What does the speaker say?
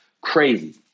crazy